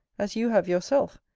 as you have yourself,